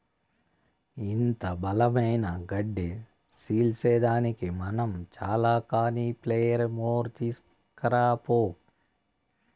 ఇంత బలమైన గడ్డి సీల్సేదానికి మనం చాల కానీ ప్లెయిర్ మోర్ తీస్కరా పో